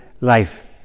life